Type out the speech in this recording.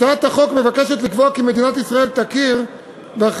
הצעת החוק מבקשת לקבוע כי מדינת ישראל תכיר באחריות